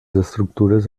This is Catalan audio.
estructures